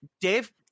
Dave